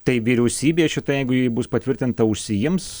tai vyriausybė šita jiegu ji bus patvirtinta užsiims